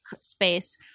space